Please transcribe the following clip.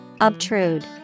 Obtrude